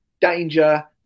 danger